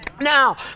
Now